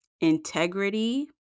integrity